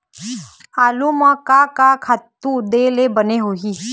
आलू म का का खातू दे ले बने होही?